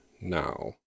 now